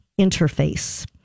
interface